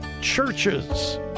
churches